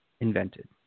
invented